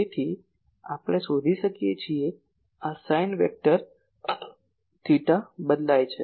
તેથી આપણે જાણીએ છીએ કે આ સાઈન સ્ક્વેર થેટા બદલાય છે